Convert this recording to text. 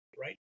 right